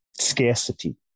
scarcity